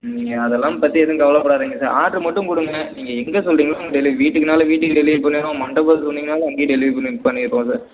நீங்கள் அதெல்லாம் பற்றி எதுவும் கவலைப்படாதீங்க சார் ஆர்ட்ரு மட்டும் கொடுங்க நீங்கள் எங்கே சொல்கிறீங்களோ அங்கே டெலி வீட்டுக்குனாலும் வீட்டுக்கு டெலிவரி பண்ணிடுறோம் மண்டபம் சொன்னீங்கனாலும் அங்கேயும் டெலிவரி பண் பண்ணிடுறோம் சார்